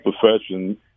profession